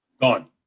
Gone